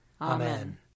Amen